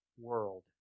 world